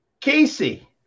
Casey